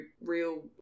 real